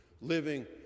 living